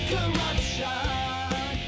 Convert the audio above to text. Corruption